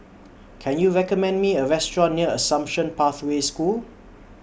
Can YOU recommend Me A Restaurant near Assumption Pathway School